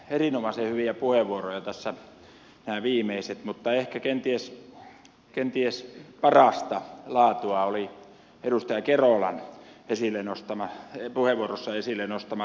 erinomaisen hyviä puheenvuoroja tässä nämä viimeiset mutta ehkä kenties parasta laatua olivat edustaja kerolan puheenvuorossaan esille nostamat aiheet